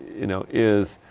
you know is.